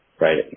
right